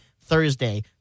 Thursday